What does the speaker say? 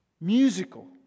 musical